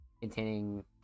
containing